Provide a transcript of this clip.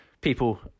people